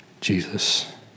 Jesus